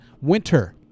winter